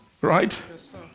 Right